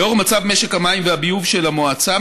לאור מצב משק המים והביוב של המועצה,